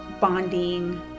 bonding